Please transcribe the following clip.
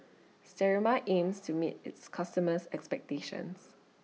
Sterimar aims to meet its customers' expectations